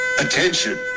Attention